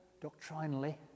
doctrinally